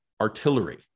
artillery